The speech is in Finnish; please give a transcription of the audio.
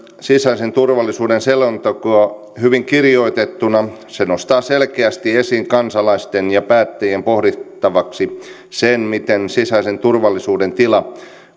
sisäisen turvallisuuden selontekoa hyvin kirjoitettuna se nostaa selkeästi esiin kansalaisten ja päättäjien pohdittavaksi sen miten sisäisen turvallisuuden tila